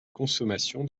consommation